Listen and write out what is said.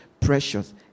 precious